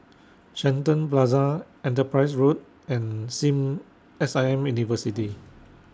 Shenton Plaza Enterprise Road and SIM S I M University